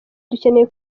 dukeneye